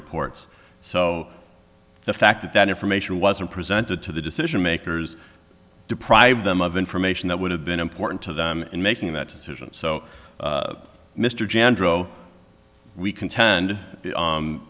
reports so the fact that that information wasn't presented to the decision makers deprive them of information that would have been important to them in making that decision so mr jahn dro we contend